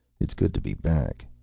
it's good to be back.